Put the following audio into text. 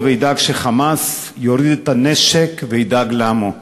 וידאג ש"חמאס" יוריד את הנשק וידאג לעמו.